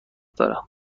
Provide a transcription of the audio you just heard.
دارم